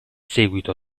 seguito